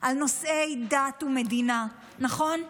על נושאי דת ומדינה, נכון?